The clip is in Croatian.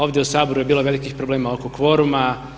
Ovdje u Saboru je bilo velikih problema oko kvoruma.